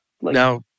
now